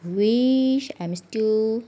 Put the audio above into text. wish I am still